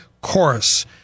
Chorus